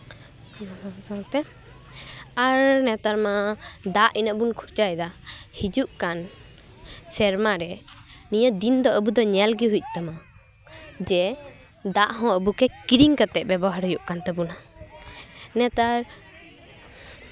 ᱚᱱᱟ ᱠᱚ ᱥᱟᱶᱛᱮ ᱟᱨ ᱱᱮᱛᱟᱨ ᱢᱟ ᱫᱟᱜ ᱤᱱᱟᱹᱜ ᱵᱚᱱ ᱠᱷᱚᱨᱪᱟᱭᱮᱫᱟ ᱦᱤᱡᱩᱜ ᱠᱟᱱ ᱥᱮᱨᱢᱟᱨᱮ ᱱᱤᱭᱟᱹ ᱫᱤᱱ ᱫᱚ ᱟᱵᱚ ᱫᱚ ᱧᱮᱞ ᱜᱮ ᱦᱩᱭᱩᱜ ᱛᱟᱢᱟ ᱡᱮ ᱫᱟᱜ ᱦᱚᱸ ᱟᱵᱚᱜᱮ ᱠᱤᱨᱤᱧ ᱠᱟᱛᱮᱜ ᱵᱮᱵᱚᱦᱟᱨ ᱦᱩᱭᱩᱜ ᱠᱟᱱ ᱛᱟᱵᱳᱱᱟ ᱱᱮᱛᱟᱨ